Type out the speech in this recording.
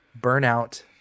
Burnout